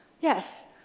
Yes